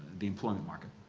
the employment market.